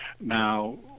Now